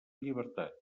llibertat